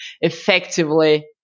effectively